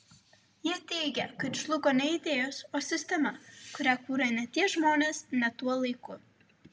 jie teigia kad žlugo ne idėjos o sistema kurią kūrė ne tie žmonės ne tuo laiku